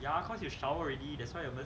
ya cause you shower already that's why ya meh